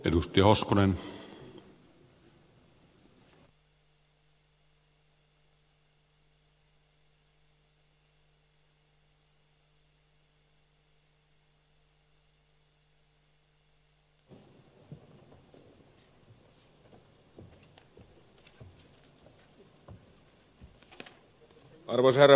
arvoisa herra puhemies